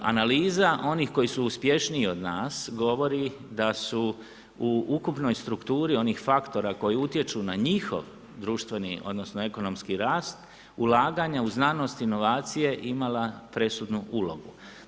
Analiza onih koji su uspješniji od nas govori da su u ukupnoj strukturi onih faktora koji utječu na njihov društveni odnosno ekonomski rast ulaganja u znanost inovacije imala presudnu ulogu.